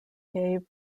gave